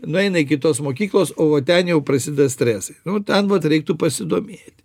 nueina iki tos mokyklos o va ten jau prasideda stresai nu ten vat reiktų pasidomėti